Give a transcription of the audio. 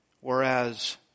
Whereas